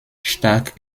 stark